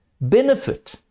benefit